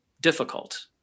difficult